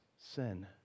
sin